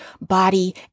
body